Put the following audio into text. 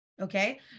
Okay